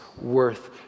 worth